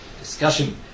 discussion